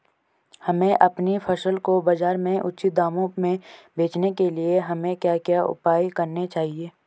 हमें अपनी फसल को बाज़ार में उचित दामों में बेचने के लिए हमें क्या क्या उपाय करने चाहिए?